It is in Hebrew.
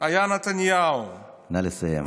היה נתניהו -- נא לסיים.